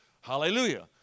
Hallelujah